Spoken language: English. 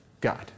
God